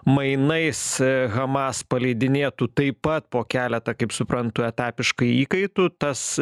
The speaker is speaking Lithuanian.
mainais hamas paleidinėtų taip pat po keletą kaip suprantu etapiškai įkaitų tas